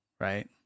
right